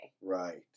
right